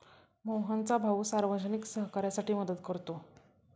मोहनचा भाऊ सार्वजनिक सहकार्यासाठी मदत करतो